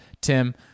Tim